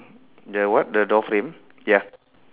the what the door frame ya